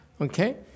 Okay